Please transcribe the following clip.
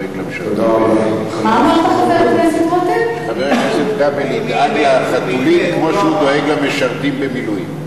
חבר הכנסת כבל ידאג לחתולים כמו שהוא דואג למשרתים במילואים...